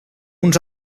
uns